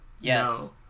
Yes